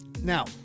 Now